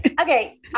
Okay